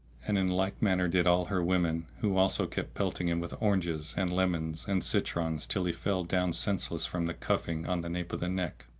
and in like manner did all her women who also kept pelting him with oranges and lemons and citrons till he fell down senseless from the cuffing on the nape of the neck,